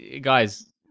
guys